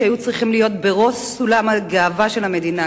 שהיו צריכים להיות בראש סולם הגאווה של המדינה,